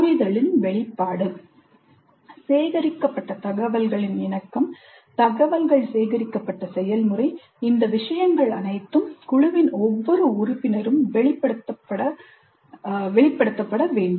புரிதலின் வெளிப்பாடு சேகரிக்கப்பட்ட தகவல்களின் இணக்கம் தகவல்கள் சேகரிக்கப்பட்ட செயல்முறை இந்த விஷயங்கள் அனைத்தும் குழுவின் ஒவ்வொரு உறுப்பினரும் வெளிப்படுத்த வேண்டும்